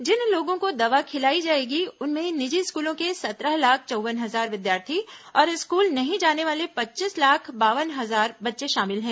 जिन लोगों को दवा खिलाई जाएगी उनमें निजी स्कूलों के सत्रह लाख चौव्वन हजार विद्यार्थी और स्कूल नहीं जाने वाले पच्चीस लाख बावन हजार बच्चे शामिल हैं